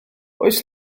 oes